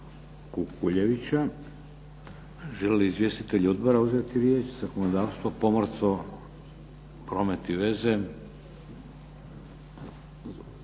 Kukuljevića. Žele li izvjestitelji odbora uzeti riječ, zakonodavstvo, pomorstvo, promet i veze?